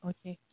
Okay